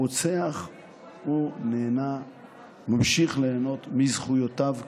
הרוצח ממשיך ליהנות מזכויותיו כהורה.